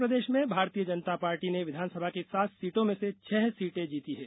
उत्तर प्रदेश में भारतीय जनता पार्टी ने विधानसभा की सात सीटों में से छह सीटें जीती हैं